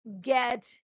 get